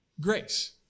grace